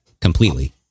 completely